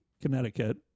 Connecticut